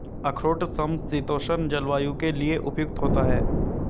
अखरोट समशीतोष्ण जलवायु के लिए उपयुक्त होता है